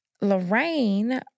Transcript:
Lorraine